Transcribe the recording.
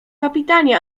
kapitanie